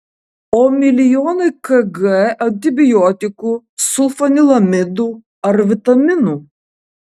o milijonai kg antibiotikų sulfanilamidų ar vitaminų